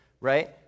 right